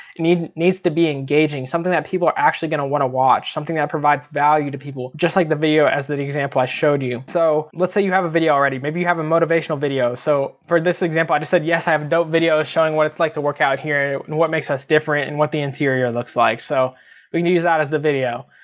needs needs to be engaging, something that people are actually gonna want to watch, something that provides value to people. just like the video as the example i showed you. so let's say you have a video already, maybe you have a motivational video. so for this example i just said i have a dope video showing what it's like to work out here, and what makes us different and what the interior looks like. so we can use that as the video.